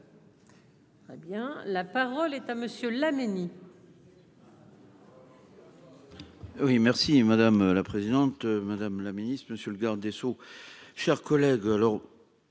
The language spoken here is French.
Bien, la parole est à monsieur Laménie. Oui merci madame la présidente, madame la Ministre, monsieur le garde des Sceaux, chers collègues, alors